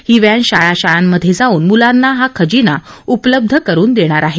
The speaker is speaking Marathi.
ही व्हविशाळा शाळांमध्ये जाऊन मुलांना हा खजाना उपलब्ध करुन देणार आहे